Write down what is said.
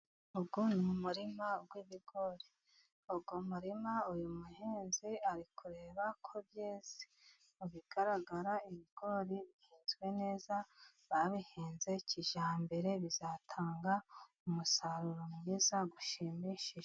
Uyu ni mu murima w'ibigori， uyu murima，uyu muhinzi ari kureba ko byeze， mu bigaragara ibigori botswe neza， babihinze kijyambere，bizatanga umusaruro mwiza ushimishije.